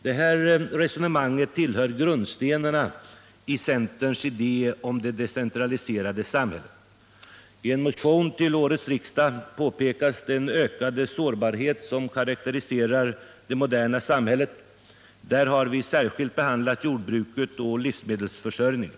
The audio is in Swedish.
Detta resonemang tillhör grundstenarna i centerns idé om det decentraliserade samhället. I en motion till årets riksdag påpekas den ökade sårbarhet som karakteriserar det moderna samhället. Där har vi särskilt behandlat jordbruket och livsmedelsförsörjningen.